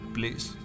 Please